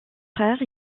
frère